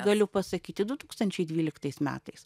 galiu pasakyti du tūkstančiai dvyliktais metais